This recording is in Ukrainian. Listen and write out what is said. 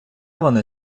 вони